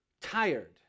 tired